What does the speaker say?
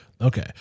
Okay